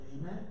Amen